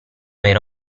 era